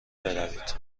بروید